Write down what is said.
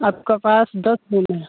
आपका पाँच दस रूम है